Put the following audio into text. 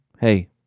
hey